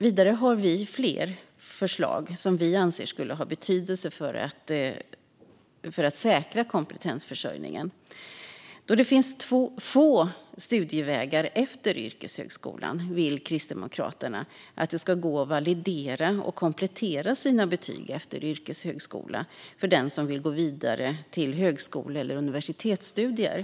Vidare har vi fler förslag som vi anser skulle ha betydelse för att säkra kompetensförsörjningen. Då det finns få studievägar efter yrkeshögskolan vill Kristdemokraterna att det ska gå att validera och komplettera sina betyg efter yrkeshögskolan för den som vill gå vidare till högskole eller universitetsstudier.